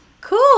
cool